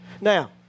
Now